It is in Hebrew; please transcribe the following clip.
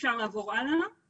ואבעבועות